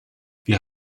wir